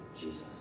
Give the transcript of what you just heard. Jesus